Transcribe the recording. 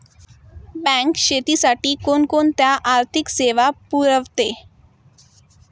Bank शेतीसाठी कोणकोणत्या आर्थिक सेवा पुरवते?